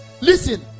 Listen